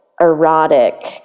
erotic